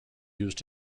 used